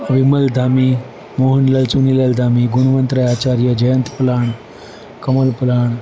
Vimal Dhami Mohanlal Chunilal Dhami Gunvantrai Acharya Jayant Palan Kamal Palan